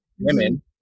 women